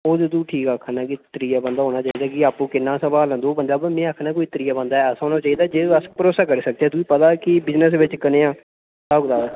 ओह् ते तू ठीक आक्खाना कि त्रीआ बंदा होना चाहिदा कि आपूं किन्ना गै सम्भालना तू में आक्खना कोई त्रीआ बंदा ऐसा होना चाहिदा जेह्दे पर अस भरोसा करी सकचै जेह् तुगी पता कि बिजनस बिच्च कनेहा स्हाब कताब ऐ